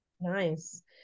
Nice